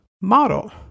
model